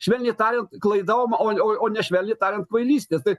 švelniai tariant klaida o ne švelniai tariant kvailystė tai